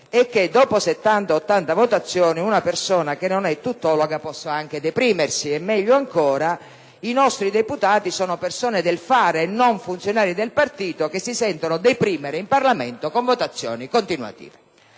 è che dopo 70-80 votazioni una persona che non è tuttologa possa anche deprimersi; meglio ancora, i nostri deputati sono persone del fare e non funzionari di partito che si deprimono in Parlamento con votazioni continuative.